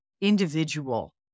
individual